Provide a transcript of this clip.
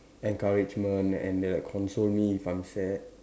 encouragement and they'll like console me if I'm sad